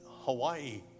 Hawaii